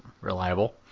reliable